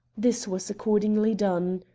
this was accordingly done.